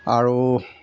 আৰু